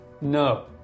No